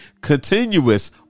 Continuous